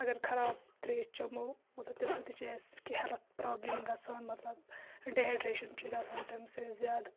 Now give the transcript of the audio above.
اگر خراب ترٛیش چمو مطلب تمہِ سۭتۍ تہِ چھِ اَسہِ ہٮ۪لٕتھ پرابلِم گژھان مطلب ڈِہایڈریشن چھُ گژھان تمہِ سۭتۍ زیادٕ